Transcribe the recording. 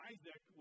Isaac